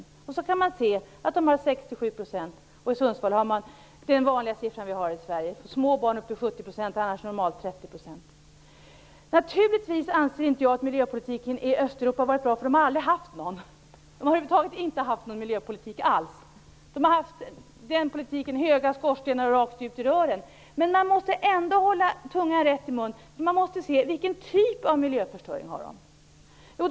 Man har då kunnat se att den är 6-7 %. I Sundsvall har man den siffra som är vanlig i Sverige, för små barn upp till 70 %, annars normalt 30 %. Naturligtvis anser inte jag att miljöpolitiken i Östeuropa har varit bra, för de har aldrig haft någon. De har över huvud taget inte haft någon miljöpolitik. De har haft höga skorstenar och föroreningar rakt ut i rören. Men man måste ändå hålla tungan rätt i mun. Man måste se vilken typ av miljöförstöring de har.